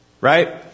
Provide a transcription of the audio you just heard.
Right